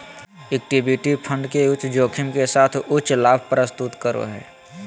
equity fund उच्च जोखिम के साथ उच्च लाभ प्रस्तुत करो हइ